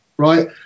Right